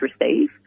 receive